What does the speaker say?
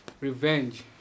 Revenge